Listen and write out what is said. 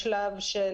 יש שלב של